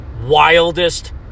Wildest